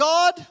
God